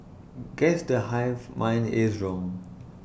guess the hive mind is wrong